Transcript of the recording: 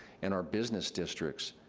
and our business districts,